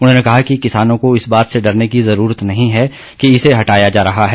उन्होंने कहा कि किसानों को इस बात से डरने की ज़रूरत नहीं है कि इसे हटाया जा रहा है